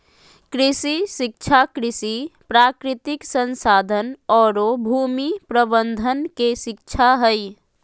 कृषि शिक्षा कृषि, प्राकृतिक संसाधन औरो भूमि प्रबंधन के शिक्षा हइ